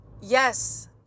Yes